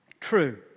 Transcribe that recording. true